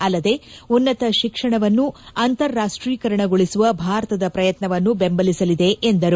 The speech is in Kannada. ಅಲ್ಲದೆ ಉನ್ನತ ಶಿಕ್ಷಣವನ್ನು ಅಂತಾರಾಷ್ಟೀಕರಣಗೊಳಿಸುವ ಭಾರತದ ಪ್ರಯತ್ತವನ್ನು ಬೆಂಬಲಿಸಲಿದೆ ಎಂದರು